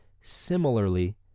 similarly